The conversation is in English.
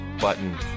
button